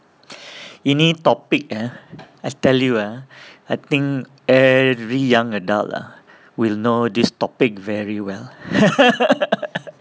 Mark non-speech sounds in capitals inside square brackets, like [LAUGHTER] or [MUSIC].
[BREATH] ini topic eh I tell you eh I think every young adult ah will know this topic very well [LAUGHS]